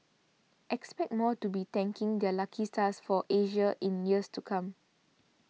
expect more to be thanking their lucky stars for Asia in years to come